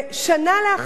רק השבוע,